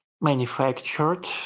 manufactured